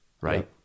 Right